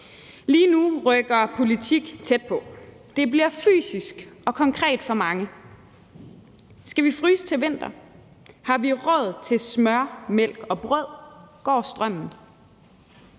Lige nu rykker politik tæt på. Det bliver fysisk og konkret for mange: Skal vi fryse til vinter? Har vi råd til smør, mælk og brød? Går strømmen?